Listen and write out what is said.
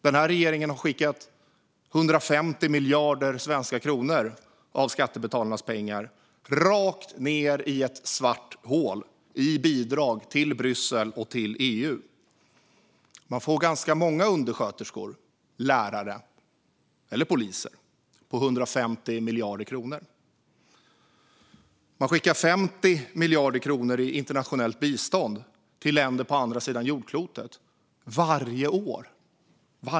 Den här regeringen har skickat 150 miljarder svenska kronor av skattebetalarnas pengar i bidrag, rakt ned i ett svart hål till Bryssel och EU. Man får ganska många undersköterskor, lärare och poliser för 150 miljarder kronor. Man skickar 50 miljarder kronor i internationellt bistånd till länder på andra sidan jordklotet - varje år.